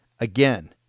Again